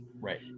right